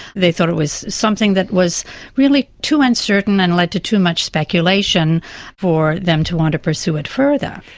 they thought it was something that was really too uncertain and led to too much speculation for them to want to pursue it further.